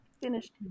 Finished